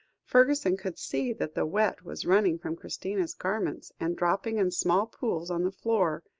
fergusson could see that the wet was running from christina's garments, and dropping in small pools on the floor,